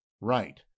right